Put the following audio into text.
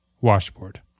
washboard